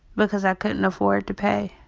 because i couldn't afford to pay.